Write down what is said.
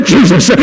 Jesus